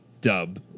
dub